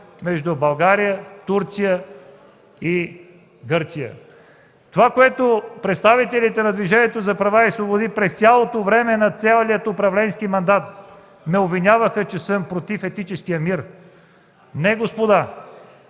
между България, Турция и Гърция. Това, което представителите на Движението за права и свободи през цялото време на целия управленски мандат ме обвиняваха, е, че съм против етническия мир. Не, господа,